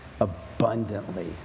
abundantly